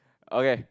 okay